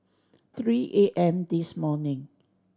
three A M this morning